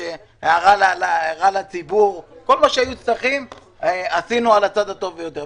הערה לציבור וכל מה שהיו צריכים את הכל עשינו על הצד הטוב ביותר.